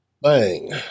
Bang